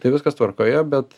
tai viskas tvarkoje bet